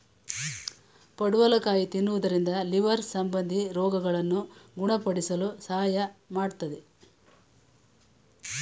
ಪಡವಲಕಾಯಿ ತಿನ್ನುವುದರಿಂದ ಲಿವರ್ ಸಂಬಂಧಿ ರೋಗಗಳನ್ನು ಗುಣಪಡಿಸಲು ಸಹಾಯ ಮಾಡತ್ತದೆ